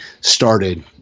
started